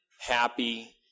happy